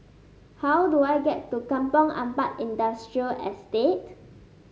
how do I get to Kampong Ampat Industrial Estate